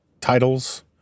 titles